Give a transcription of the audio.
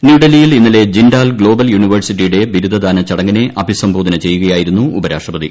ന്യുഡൽഹിയിൽ ഇന്നലെ ജിൻഡാൽ ഗ്ലോബൽ യുണിവേഴ്സിറ്റിയുടെ ബിരുദധാനചടങ്ങിനെ അഭിസംബോധന ചെയ്യുകയായിരുന്നു ഉപരാഷ്ട്രപതി